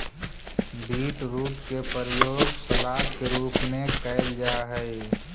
beetroot के प्रयोग salad के रूप में कैल जा हइ